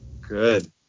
Good